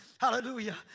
hallelujah